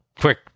quick